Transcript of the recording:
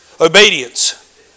Obedience